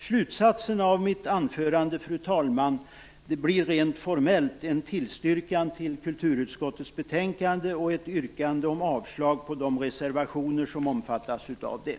Slutsatsen av mitt anförande, fru talman, blir rent formellt ett yrkande om bifall till hemställan i kulturutskottets betänkade och ett yrkande om avslag på de reservationer som fogats vid det.